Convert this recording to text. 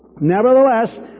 Nevertheless